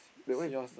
that one is